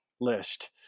list